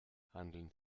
handeln